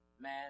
man